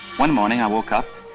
one morning i woke up,